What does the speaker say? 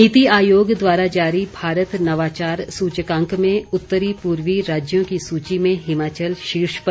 नीति आयोग द्वारा जारी भारत नवाचार सूचकांक में उत्तरी पूर्वी राज्यों की सूची में हिमाचल शीर्ष पर